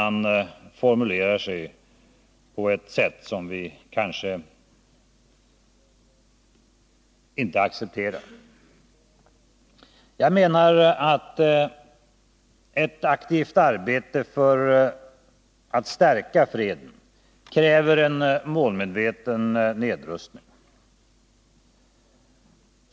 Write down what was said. Ett aktivt arbete för att stärka freden kräver en målmedveten nedrustning.